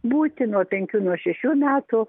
būti nuo penkių nuo šešių metų